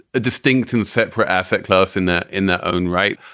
a distinct and separate asset class in that in their own right.